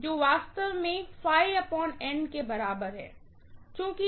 जो वास्तव में के बराबर है चूंकि